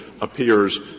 appears